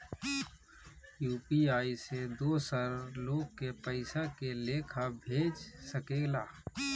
UPI से दोसर लोग के पइसा के लेखा भेज सकेला?